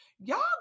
Y'all